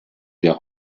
der